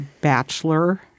bachelor